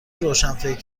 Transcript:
روشنفکر